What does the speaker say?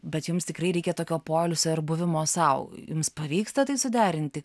bet jums tikrai reikia tokio poilsio ir buvimo sau jums pavyksta tai suderinti